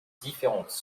différentes